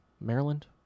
Maryland